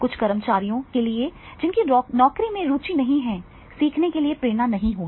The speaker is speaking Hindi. कुछ कर्मचारियों के लिए जिनकी नौकरी में रुचि नहीं है सीखने के लिए प्रेरणा नहीं होगी